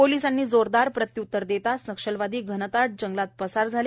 पोलिसांनी जोरदार प्रत्युत्तर देताच नक्षलवादी घनदाट जंगलात पसार झाले